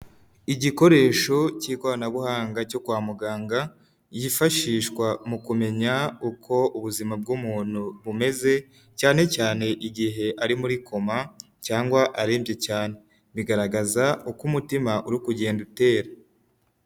Igikoresho cy'ikoranabuhanga cyo kwa muganga cyifashishwa mu kumenya uko ubuzima bw'umuntu bumeze cyane cyane igihe ari muri koma cyangwa arirembye cyane. Bigaragaza uko umutima uri kugenda utera.